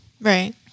Right